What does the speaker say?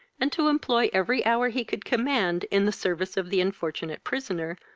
and to employ every hour he could command, in the service of the unfortunate prisoner,